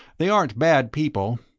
they aren't bad people.